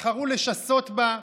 בחרו לשסות בה,